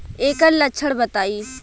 ऐकर लक्षण बताई?